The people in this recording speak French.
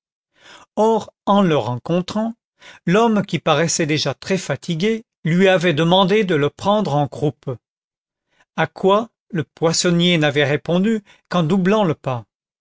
or en le rencontrant l'homme qui paraissait déjà très fatigué lui avait demandé de le prendre en croupe à quoi le poissonnier n'avait répondu qu'en doublant le pas